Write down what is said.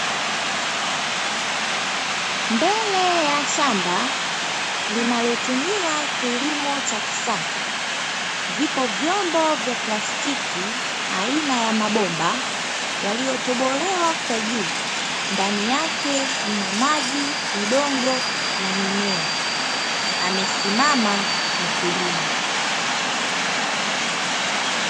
Mbele ya shamba linalotumia kilimo cha kisasa, vipo vyombo vya plastiki aina ya mabomba yaliyotobolewa kwa juu, ndani yake kuna maji, udongo na mimea amesimama mkulima.